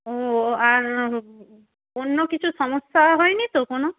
ও আর অন্য কিছু সমস্যা হয়নি তো কোনো